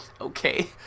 Okay